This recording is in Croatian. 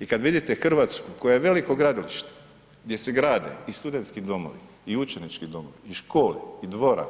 I kad vidite Hrvatsku koja je veliko gradilište gdje se grade i studentski domovi i učenički domovi i škole i dvorane,